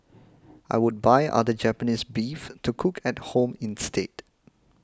I would buy other Japanese beef to cook at home instead